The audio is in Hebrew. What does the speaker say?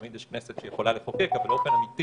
ותמיד יש כנסת שיכולה לחוקק באופן אמיתי